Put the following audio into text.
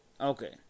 Okay